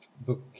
book